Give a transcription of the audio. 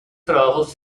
trabajos